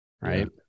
Right